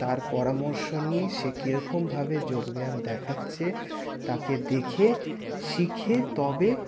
তার পরামর্শ নিয়ে সে কিরকমভাবে যোগব্যায়াম দেখাচ্ছে তাকে দেখে শিখে তবে